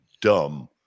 dumb